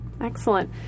excellent